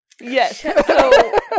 yes